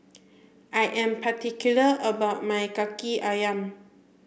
I am particular about my Kaki Ayam